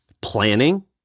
planning